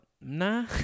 nah